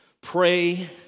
pray